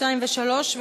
2 ו-3,